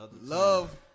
Love